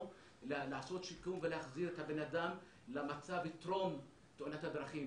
לעשות שיקום ולהחזיר את הבן אדם למצב טרום תאונת הדרכים,